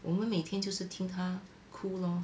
我们每天就是听她哭 lor